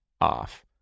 off